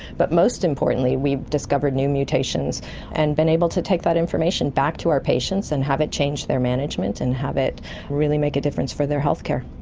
but most importantly we've discovered new mutations and been able to take that information back to our patients and have it change their management and have it really make a difference for their healthcare.